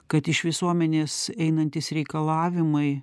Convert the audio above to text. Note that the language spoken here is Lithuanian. kad iš visuomenės einantys reikalavimai